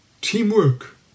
teamwork